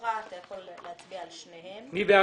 הוקרא ואתה יכול להצביע על שני הסעיפים.